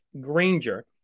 Granger